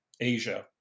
Asia